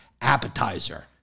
appetizer